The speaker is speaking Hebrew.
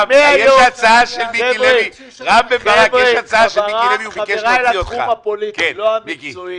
--- חבר'ה, בחזרה לתחום הפוליטי, לא המקצועי.